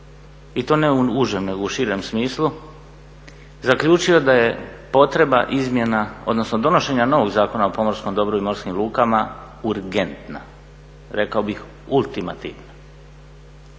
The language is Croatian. i to ne u užem nego u širem smislu zaključio da je potreba izmjena, odnosno donošenja novog Zakona o pomorskom dobru i morskim lukama urgentna, rekao bih ultimativna.